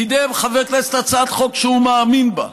קידם חבר כנסת הצעת חוק שהוא מאמין בה,